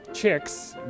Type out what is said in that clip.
Chicks